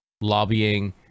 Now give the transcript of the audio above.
lobbying